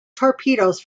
torpedoes